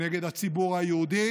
כנגד הציבור היהודי